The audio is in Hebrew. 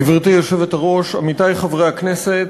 גברתי היושבת-ראש, עמיתי חברי הכנסת,